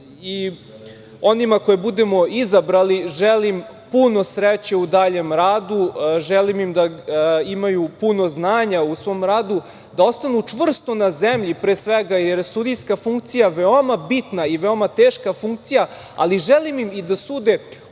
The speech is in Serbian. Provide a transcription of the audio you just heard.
onima koje budemo izabrali želim puno sreće u daljem radu, želim im da imaju puno znanja u svom radu, da ostanu čvrsto na zemlji pre svega, jer je sudijska funkcija veoma bitna i veoma teška funkcija, ali želim i da sude